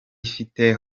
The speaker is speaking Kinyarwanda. ifite